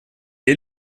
est